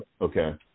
okay